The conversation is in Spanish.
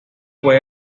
fue